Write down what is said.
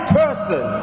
person